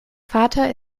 vater